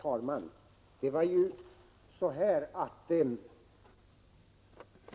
Herr talman!